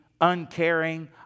uncaring